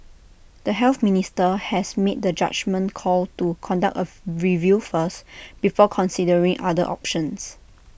the health minister has made the judgement call to conduct A review first before considering other options